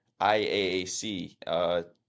IAAC